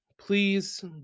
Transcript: Please